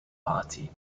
party